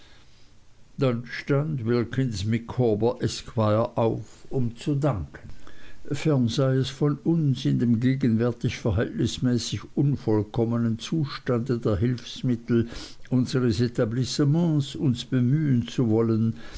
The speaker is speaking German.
dann stand wilkins micawber esquire auf um zu danken fern sei es von uns in dem gegenwärtig verhältnismäßig unvollkommenen zustande der hilfsmittel unseres etablissements uns bemühen zu wollen